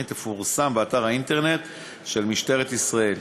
תפורסם באתר האינטרנט של משטרת ישראל.